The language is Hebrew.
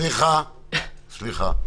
סליחה, סליחה.